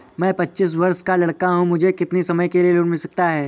मैं पच्चीस वर्ष का लड़का हूँ मुझे कितनी समय के लिए लोन मिल सकता है?